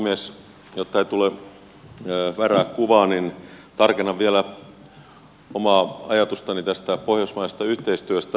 jotta ei tule väärää kuvaa tarkennan vielä omaa ajatustani tästä pohjoismaisesta yhteistyöstä